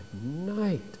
night